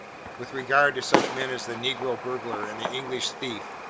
with regard to such men as the negro burglar and the english thief,